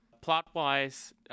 Plot-wise